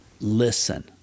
listen